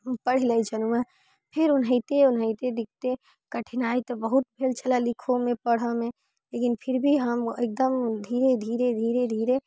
हम पढ़ि लै छलहुँ हँ फेर ओनाहिते ओनाहिते दिक्कत कठिनाइ तऽ बहुत भेल छलै लिखऽमे पढ़ऽमे लेकिन फिर भी हम एकदम धीरे धीरे धीरे धीरे